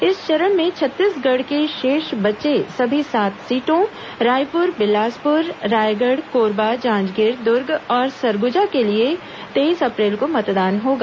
इस चरण में छत्तीसगढ़ के शेष बचे सभी सात सीटों रायपुर बिलासपुर रायगढ़ कोरंबा जाँजगीर दुर्ग और सरगुजा के लिए तेईस अप्रैल को मतदान होगा